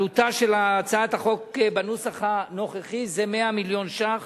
עלותה של הצעת החוק בנוסח הנוכחי היא 100 מיליון שקל.